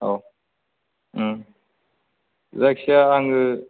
औ जायखिजाया आङो